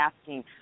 asking